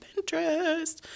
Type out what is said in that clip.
Pinterest